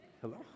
Hello